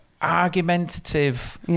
Argumentative